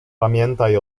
pamiętaj